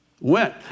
went